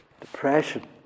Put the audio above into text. depression